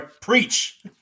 Preach